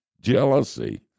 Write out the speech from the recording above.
Jealousy